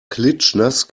klitschnass